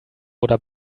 oder